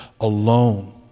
alone